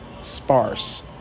sparse